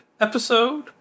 episode